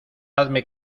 hazme